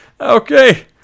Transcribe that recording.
Okay